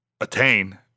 attain